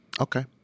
okay